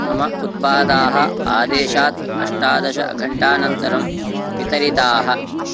मम उत्पादाः आदेशात् अष्टादशघण्टानन्तरं वितरिताः